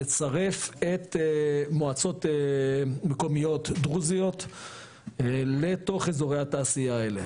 לצרף מועצות מקומיות דרוזיות לתוך אזורי התעשייה האלה,